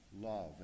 love